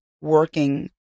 working